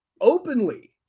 openly